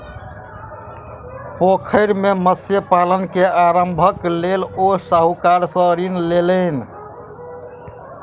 पोखैर मे मत्स्य पालन के आरम्भक लेल ओ साहूकार सॅ ऋण लेलैन